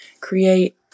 create